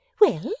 Well